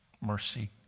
mercy